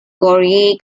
goryeo